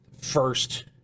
first